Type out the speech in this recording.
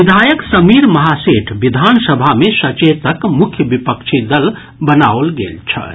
विधायक समीर महासेठ विधानसभा मे सचेतक मुख्य विपक्षी दल बनाओल गेल छथि